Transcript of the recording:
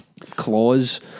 clause